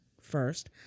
first